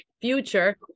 future